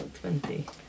Twenty